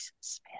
Smith